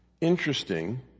Interesting